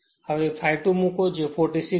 હવે ∅2 મૂકો જે 46 છે